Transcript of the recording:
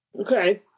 Okay